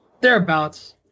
Thereabouts